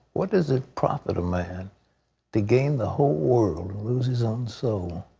what does it profit a man to gain the whole world and lose his own so